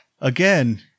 Again